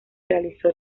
realizó